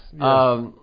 yes